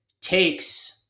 takes